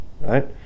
right